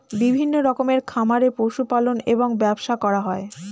বিভিন্ন রকমের খামারে পশু পালন এবং ব্যবসা করা হয়